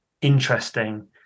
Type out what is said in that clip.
interesting